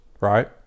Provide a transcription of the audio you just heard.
right